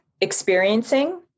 experiencing